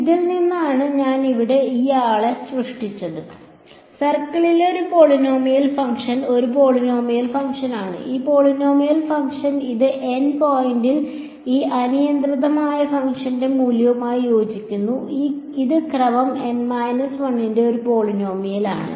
അതിൽ നിന്നാണ് ഞാൻ ഇവിടെ ഈ ആളെ സൃഷ്ടിച്ചത് സർക്കിളിലെ ഒരു പോളിനോമിയൽ ഫംഗ്ഷൻ ഒരു പോളിനോമിയൽ ഫംഗ്ഷനാണ് ഈ പോളിനോമിയൽ ഫംഗ്ഷൻ ഇത് N പോയിന്റിൽ ഈ അനിയന്ത്രിതമായ ഫംഗ്ഷന്റെ മൂല്യവുമായി യോജിക്കുന്നു ഇത് ക്രമം N 1 ന്റെ ഒരു പോളിനോമിയലാണ്